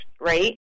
right